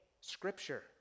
Scripture